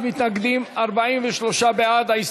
61 מתנגדים, 43 בעד, נמנע אחד.